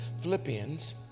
Philippians